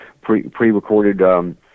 pre-recorded